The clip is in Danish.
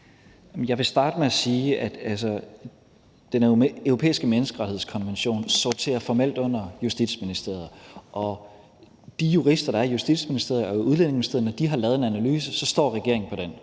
Jeg vil starte med at sige, at Den Europæiske Menneskerettighedskonvention formelt sorterer under Justitsministeriet. Og når de jurister, der er i Justitsministeriet og i Udlændinge- og Integrationsministeriet, har lavet en analyse, står regeringen på den.